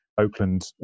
Oakland